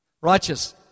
Righteous